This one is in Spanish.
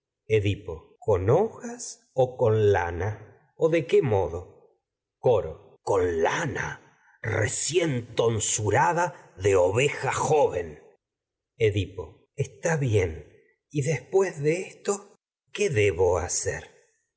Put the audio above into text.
edipo con hojas lana o con lana o de qué modo de coro con recién ton surada oveja joven edípo en colono ediptl está bien y después de esto qué debo hacer